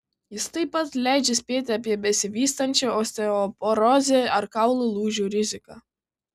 jis taip pat leidžia spėti apie besivystančią osteoporozę ar kaulų lūžių riziką